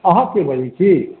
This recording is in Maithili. अहाँ के बजै छी